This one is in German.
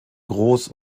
groß